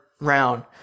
round